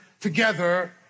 together